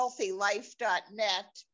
HealthyLife.net